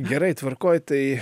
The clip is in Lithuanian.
gerai tvarkoj tai